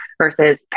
versus